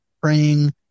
praying